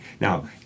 now